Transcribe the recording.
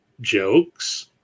jokes